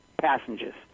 passengers